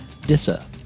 DISA